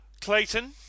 Clayton